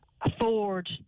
afford